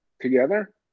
Together